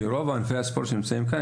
רוב ענפי הספורט שנמצאים כאן,